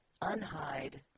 unhide